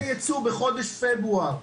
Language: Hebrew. היתרי הייבוא בחודש פברואר 2022,